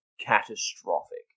catastrophic